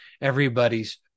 everybody's